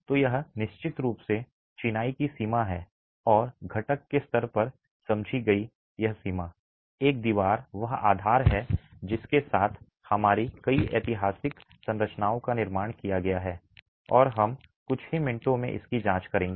तो यह निश्चित रूप से चिनाई की सीमा है और घटक के स्तर पर समझी गई यह सीमा एक दीवार वह आधार है जिसके साथ हमारी कई ऐतिहासिक संरचनाओं का निर्माण किया गया है और हम कुछ ही मिनटों में इसकी जांच करेंगे